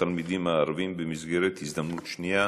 התלמידים הערבים במסגרת "ההזדמנות השנייה".